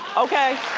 okay?